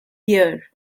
here